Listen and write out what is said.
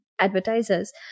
advertisers